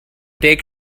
take